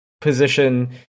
position –